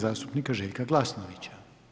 zastupnika Željka Glasnovića.